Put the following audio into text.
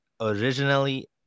originally